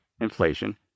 inflation